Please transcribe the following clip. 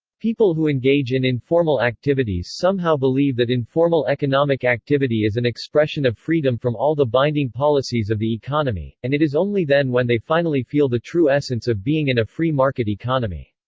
people who engage in informal activities somehow believe that informal economic activity is an expression of freedom from all the binding policies of the economy, and it is only then when they finally feel the true essence of being in a free market economy.